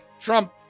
Trump